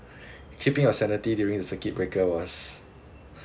keeping your sanity during the circuit breaker was